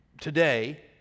today